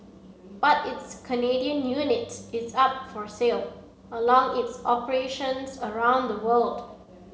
but its Canadian unit is up for sale along its operations around the world